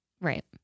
Right